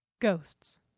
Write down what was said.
Ghosts